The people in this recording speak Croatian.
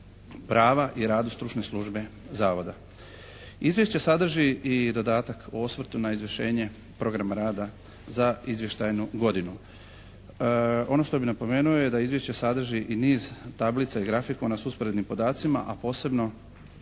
prava i radu stručne službe zavoda. Izvješće sadrži i dodatak o osvrtu na izvršenje programa rada za izvještajnu godinu. Ono što bi napomenuo je da izvješće sadrži i niz tablica i grafikona sa usporednim podacima a posebno